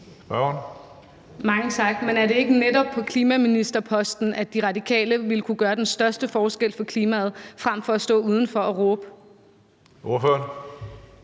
(M): Mange tak. Men er det ikke netop på klimaministerposten, at De Radikale ville kunne gøre den største forskel for klimaet, frem for at stå udenfor og råbe? Kl.